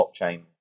blockchain